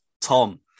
Tom